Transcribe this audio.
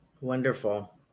Wonderful